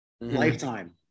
lifetime